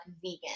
vegan